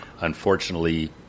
Unfortunately